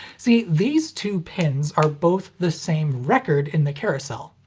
see, these two pins are both the same record in the carousel.